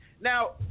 Now